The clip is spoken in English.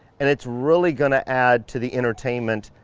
and it's really gonna add to the entertainment,